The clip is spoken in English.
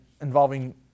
involving